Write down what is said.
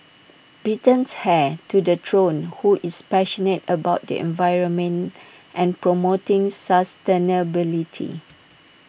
Britain's heir to the throne who is passionate about the environment and promoting sustainability